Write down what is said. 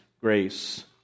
grace